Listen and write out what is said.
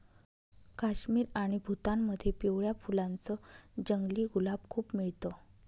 काश्मीर आणि भूतानमध्ये पिवळ्या फुलांच जंगली गुलाब खूप मिळत